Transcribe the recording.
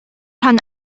rhan